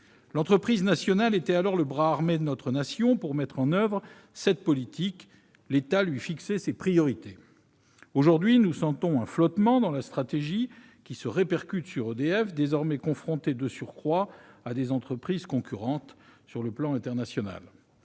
L'entreprise nationale était alors le bras armé de la Nation pour mettre en oeuvre cette politique. L'État lui fixait ses priorités. Aujourd'hui, nous sentons un flottement dans la stratégie, qui se répercute sur EDF, désormais confrontée, de surcroît, à des entreprises concurrentes sur le plan international.